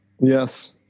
Yes